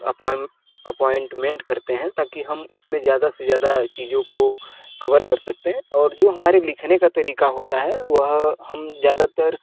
appoint appointment करते हैं ताकि हम उसमें ज़्यादा से ज़्यादा चीजों को कवर कर सकते हैं और जो हमारे लिखने का तरीका होता है वह हम ज़्यादातर